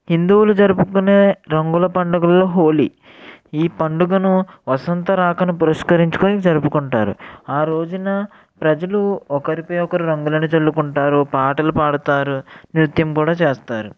హిందువులు జరుపుకునే రంగుల పండుగలు హోలీ ఈ పండుగను వసంత రాకను పురస్కరించుకొని జరుపుకుంటారు ఆ రోజున ప్రజలు ఒకరిపై ఒకరు రంగులను చల్లుకుంటారు పాటలు పాడుతారు నృత్యం కూడా చేస్తారు